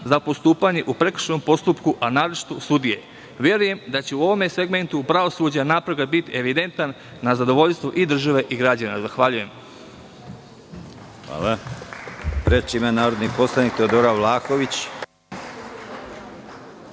za postupanje u prekršajnom postupku, a naročito sudije. Verujem da će u ovom segmentu pravosuđa napredak biti evidentan na zadovoljstvo i države i građana. Zahvaljujem. **Konstantin Arsenović** Reč ima narodni poslanik Teodora Vlahović.